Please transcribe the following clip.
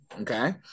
Okay